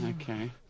Okay